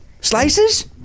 Slices